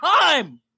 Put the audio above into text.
time